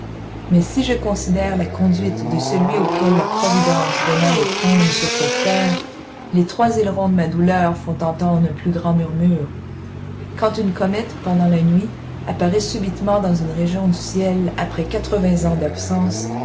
mais si je considère la conduite de celui auquel la providence donna le trône sur cette terre les trois ailerons de ma douleur font entendre un plus grand murmure quand une comète pendant la nuit apparaît subitement dans une région du ciel après quatre-vingts ans d'absence